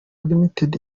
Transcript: ltd